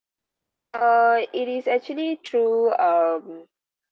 uh it is actually through um